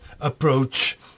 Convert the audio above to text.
approach